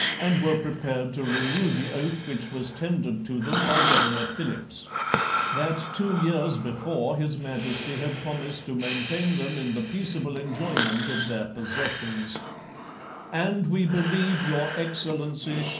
and were prepared to renew the oath which was tendered to them by governor philipps that two years before his majesty had promised to maintain them in the peaceable enjoyment of their possessions and we believe, your excellency,